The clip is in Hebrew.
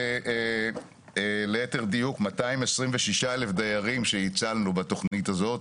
יש ליתר דיוק 226,000 דיירים שהצלנו בתכנית הזאת.